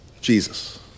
Jesus